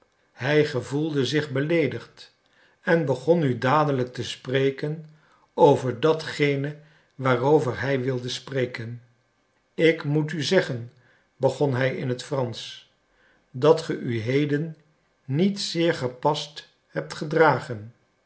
hij gevoelde zich beleedigd en begon nu dadelijk te spreken over datgene waarover hij wilde spreken ik moet u zeggen begon hij in het fransch dat ge u heden niet zeer gepast hebt gedragen